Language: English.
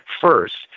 first